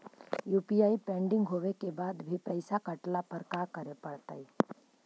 UPI pending होवे के बाद भी पैसा कटला पर का करे पड़तई?